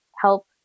help